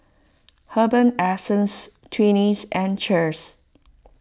Herbal Essences Twinings and Cheers